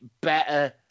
better